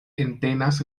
entenas